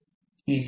5 2